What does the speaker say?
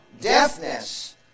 deafness